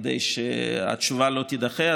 כדי שהתשובה לא תידחה.